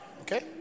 Okay